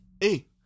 Hey